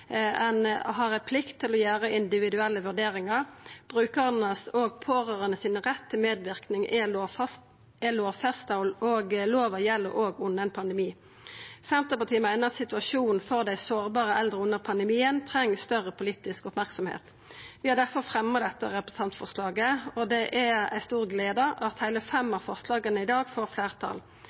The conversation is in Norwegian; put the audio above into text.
Ein har ei plikt til å gjera individuelle vurderingar. Brukarane og pårørande sin rett til medverknad er lovfesta, og lova gjeld også under ein pandemi. Senterpartiet meiner at situasjonen for dei sårbare eldre under pandemien treng større politisk merksemd. Vi har difor fremja dette representantforslaget, og det er ei stor glede at heile fem av forslaga i dag får fleirtal: